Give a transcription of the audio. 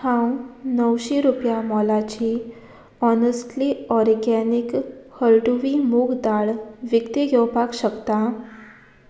हांव णवशी रुपया मोलाची ऑनेस्ट्ली ऑरगॅनीक हळदुवी मूंग दाळ विकती घेवपाक शकतां